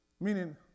Meaning